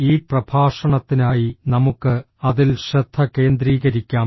ഈ പ്രഭാഷണത്തിനായി നമുക്ക് അതിൽ ശ്രദ്ധ കേന്ദ്രീകരിക്കാം